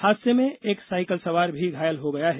हादसे में एक साइकिल सवार भी घायल हो गया है